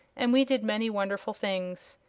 and we did many wonderful things.